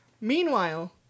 Meanwhile